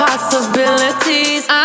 Possibilities